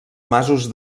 masos